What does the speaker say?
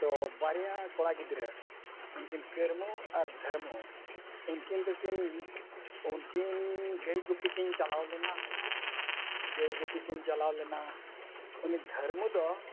ᱛᱚ ᱵᱟᱨᱭᱟ ᱠᱚᱲᱟ ᱜᱤᱫᱽᱨᱟᱹ ᱩᱱᱠᱤᱱ ᱠᱟᱹᱨᱢᱩ ᱟᱨ ᱫᱷᱟᱨᱢᱩ ᱩᱱᱠᱤᱱ ᱫᱚᱠᱤᱱ ᱩᱱᱠᱤᱱ ᱜᱟᱹᱭ ᱜᱩᱯᱤ ᱠᱤᱱ ᱪᱟᱞᱟᱣ ᱞᱮᱱᱟ ᱜᱟᱹᱭ ᱜᱩᱯᱤ ᱠᱤᱱ ᱪᱟᱞᱟᱣ ᱞᱮᱱᱟ ᱩᱱᱤ ᱫᱷᱟᱨᱢᱩ ᱫᱚ